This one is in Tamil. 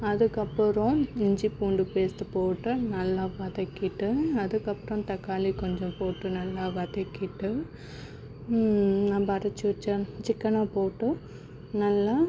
அதுக்கப்புறம் இஞ்சி பூண்டு பேஸ்ட்டு போட்டு நல்லா வதக்கிட்டு அதுக்கப்புறம் தக்காளி கொஞ்சம் போட்டு நல்லா வதக்கிட்டு நம்ம அரைச்சி வச்ச சிக்கனை போட்டும் நல்லா